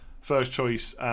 first-choice